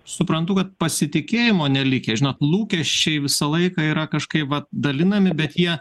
suprantu kad pasitikėjimo nelikę žinot lūkesčiai visą laiką yra kažkaip vat dalinami bet jie